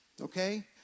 okay